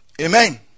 Amen